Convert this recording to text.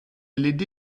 led